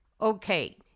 Okay